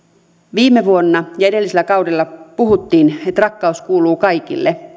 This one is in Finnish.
viime vuonna ja edellisellä kaudella puhuttiin että rakkaus kuuluu kaikille